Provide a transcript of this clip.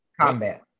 Combat